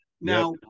Now